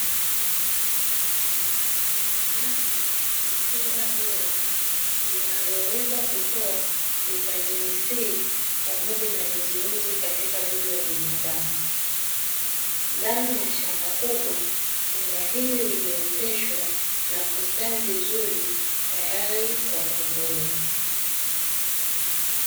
Nanasi ni tunda bora linaloweza kutoa vitamini c pamoja na nyuzinyuzi katika mwili wa binadamu. Ndani ya shamba kubwa tunda hili limeoteshwa na kustawi vizuri tayari kwa kuvunwa.